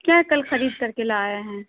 کیا کل خرید کر کے لائے ہیں